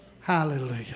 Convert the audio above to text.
Hallelujah